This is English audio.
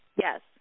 Yes